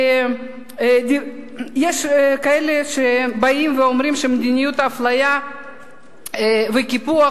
יש כאלה המדברים על מדיניות אפליה וקיפוח